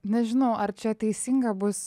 nežinau ar čia teisinga bus